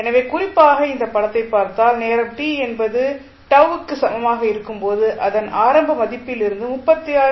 எனவே குறிப்பாக இந்த படத்தைப் பார்த்தால் நேரம் t என்பது τ க்கு சமமாக இருக்கும் போது அதன் ஆரம்ப மதிப்பில் இருந்து 36